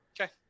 Okay